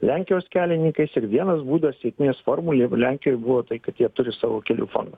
lenkijos kelininkais ir vienas būdas sėkmės formulė lenkijoj buvo tai kad jie turi savo kelių fondą